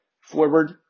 forward